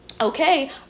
Okay